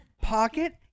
pocket